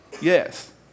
Yes